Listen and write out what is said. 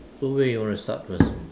so where you wanna start first